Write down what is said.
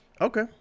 Okay